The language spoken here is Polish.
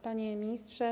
Panie Ministrze!